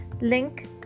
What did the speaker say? link